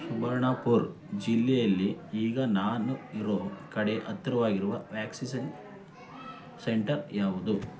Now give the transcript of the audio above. ಸುಬರ್ಣಪುರ್ ಜಿಲ್ಲೆಯಲ್ಲಿ ಈಗ ನಾನು ಇರೋ ಕಡೆ ಹತ್ರವಾಗಿರುವ ವ್ಯಾಕ್ಸಿಸನ್ ಸೆಂಟರ್ ಯಾವುದು